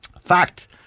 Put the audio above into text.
Fact